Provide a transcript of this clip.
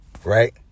Right